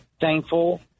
thankful